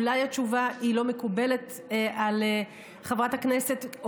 אולי התשובה לא מקובלת על חברת הכנסת,